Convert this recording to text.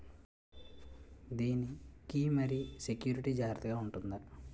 దీని కి మరి సెక్యూరిటీ జాగ్రత్తగా ఉంటుందా?